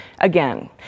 again